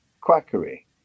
quackery